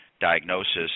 diagnosis